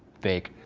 fake.